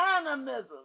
Animism